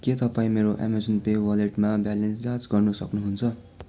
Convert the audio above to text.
के तपाईँ मेरो अमेजन पे वालेटमा ब्यालेन्स जाँच गर्नु सक्नुहुन्छ